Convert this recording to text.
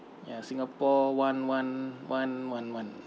ya singapore one one one one one